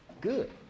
good